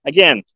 Again